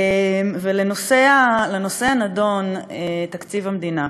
ולנושא הנדון, תקציב המדינה.